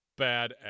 badass